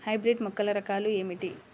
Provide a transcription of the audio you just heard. Hybrid మొక్కల రకాలు ఏమిటి?